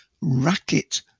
racket